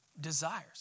desires